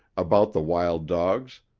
about the wild dogs,